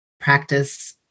practice